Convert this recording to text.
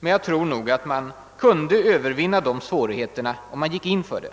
Men jag tror att man kunde övervinna de här svårigheterna, om man gick in för det.